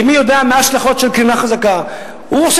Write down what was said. כי מי יודע מה ההשלכות של קרינה חזקה,